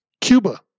Cuba